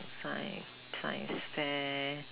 science science fair